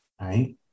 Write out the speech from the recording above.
right